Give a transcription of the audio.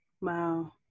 Wow